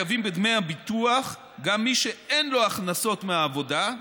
חייבים בדמי הביטוח גם מי שאין לו הכנסות מעבודה,